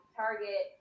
target